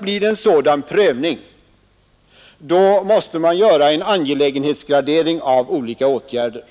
Blir det en sådan prövning måste man göra en angelägenhetsgradering av olika åtgärder.